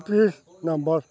U P I number